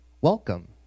welcome